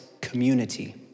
community